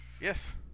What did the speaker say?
Yes